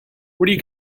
where